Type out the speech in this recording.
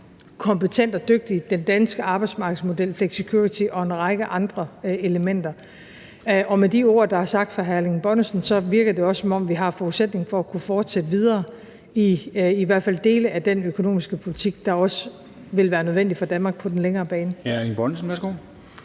kompetent og dygtig, den danske arbejdsmarkedsmodel, flexicurity og en række andre elementer. Og med de ord, der er sagt fra hr. Erling Bonnesen, så virker det også, som om vi har forudsætningen for at kunne fortsætte videre i i hvert fald dele af den økonomiske politik, der også vil være nødvendig for Danmark på den længere bane.